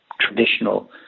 traditional